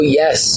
yes